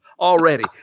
already